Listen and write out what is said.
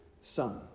Son